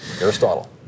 Aristotle